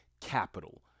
capital